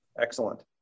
Excellent